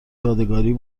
یادگاری